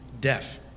deaf